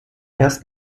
erst